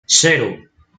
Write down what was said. cero